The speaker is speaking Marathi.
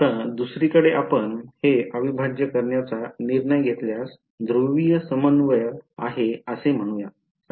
आता दुसरीकडे आपण हे अविभाज्य करण्याचा निर्णय घेतल्यास ध्रुवीय समन्वय आहे असे म्हणू या